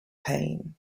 pain